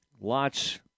lots